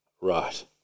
Right